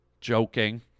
Joking